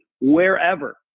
wherever